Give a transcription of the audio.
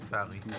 לצערי.